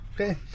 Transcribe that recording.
Okay